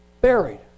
buried